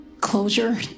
closure